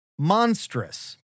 Monstrous